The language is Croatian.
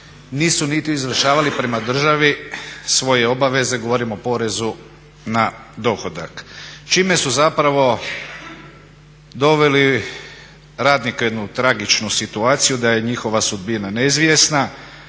nisu niti izvršavali prema državi svoje obaveze. Govorim o porezu na dohodak čime su zapravo doveli radnika u jednu tragičnu situaciju da je njihova sudbina neizvjesna,